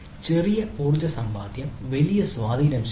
ചെറിയ ഊർജ്ജ സമ്പാദ്യം വലിയ സ്വാധീനം ചെലുത്തുന്നു